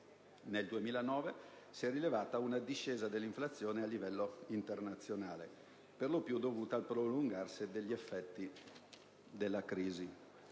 Nel 2009 si è rilevata una discesa dell'inflazione a livello internazionale, per lo più dovuta al prolungarsi degli effetti della crisi.